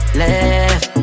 left